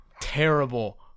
terrible